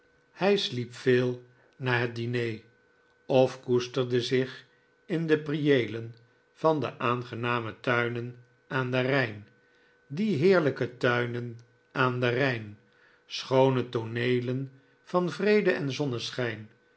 hij sliep veel na het diner of koesterde zich in de prieelen van de aangename tuinen aan den rijn die heerlijke tuinen aan den rijn schoone tooneelen van vrede en zonneschijn